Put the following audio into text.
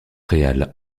réal